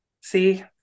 see